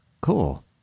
Cool